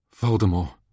Voldemort